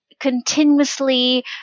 continuously